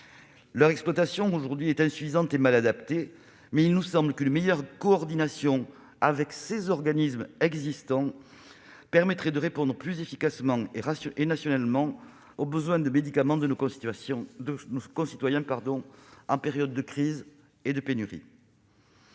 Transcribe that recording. Leur exploitation est aujourd'hui insuffisante et mal adaptée aux enjeux. Il nous semble qu'une meilleure coordination avec les organismes existants permettrait de répondre plus efficacement et nationalement aux besoins de médicaments de nos concitoyens en période de crise et de pénurie.